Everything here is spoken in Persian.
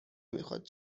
میخواد